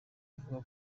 avuga